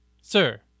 Sir